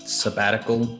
sabbatical